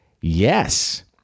Yes